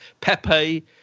Pepe